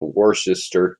worcester